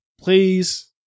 please